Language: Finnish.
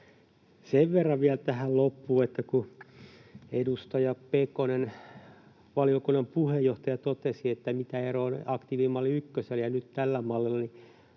Sen verran vielä tähän loppuun, että kun edustaja Pekonen, valiokunnan puheenjohtaja, totesi, mitä eroa on aktiivimalli ykkösellä ja nyt tällä mallilla,